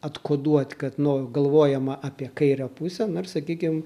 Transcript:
atkoduot kad nu galvojama apie kairę pusę na ir sakykim